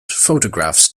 photographs